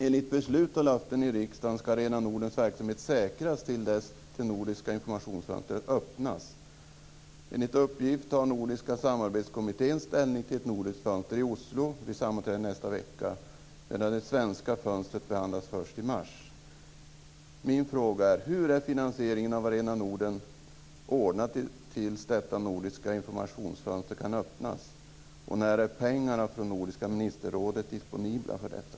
Enligt beslut och löften i riksdagen ska Arena Nordens verksamhet säkras till dess att det nordiska informationsfönstret öppnas. Enligt uppgift tar Nordiska samarbetskommittén ställning till ett nordiskt fönster i Oslo vid sammanträdet nästa vecka medan det svenska fönstret behandlas först i mars. Min fråga är: Hur är finansieringen av Arena Norden ordnad tills detta nordiska informationsfönster kan öppnas? När är pengarna från Nordiska ministerrådet disponibla för detta?